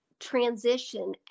transition